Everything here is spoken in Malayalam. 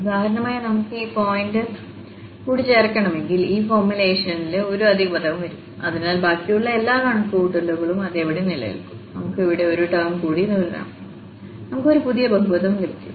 ഉദാഹരണമായി നമുക്ക് ഒരു പോയിന്റ് കൂടി ചേർക്കണമെങ്കിൽ ഈ ഫോർമുലേഷനിൽ ഒരു അധിക പദം വരും എന്നാൽ ബാക്കിയുള്ള എല്ലാ കണക്കുകൂട്ടലുകളും അതേപടി നിലനിൽക്കും നമുക്ക് അവിടെ ഒരു ടേം കൂടി തുടരാം നമുക്ക് ഒരു പുതിയ ബഹുപദം ലഭിക്കും